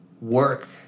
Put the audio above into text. work